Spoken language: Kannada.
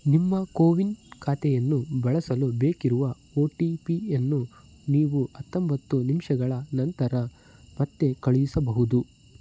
ನಿಮ್ಮ ಕೋವಿನ್ ಖಾತೆಯನ್ನು ಬಳಸಲು ಬೇಕಿರುವ ಒ ಟಿ ಪಿಯನ್ನು ನೀವು ಹತ್ತೊಂಬತ್ತು ನಿಮಿಷಗಳ ನಂತರ ಮತ್ತೆ ಕಳುಹಿಸಬಹುದು